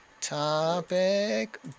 topic